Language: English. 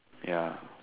ya